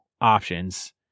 options